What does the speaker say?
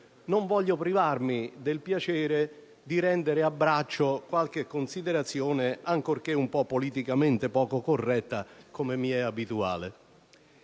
non voglio privarmi del piacere di rendere a braccio qualche considerazione, ancorché un po' politicamente poco corretta, come mi è abituale.